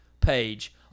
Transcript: page